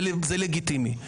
זה לגיטימי.